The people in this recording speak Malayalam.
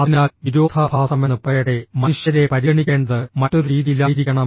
അതിനാൽ വിരോധാഭാസമെന്നു പറയട്ടെ മനുഷ്യരെ പരിഗണിക്കേണ്ടത് മറ്റൊരു രീതിയിലായിരിക്കണം